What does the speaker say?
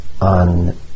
on